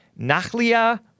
Nachlia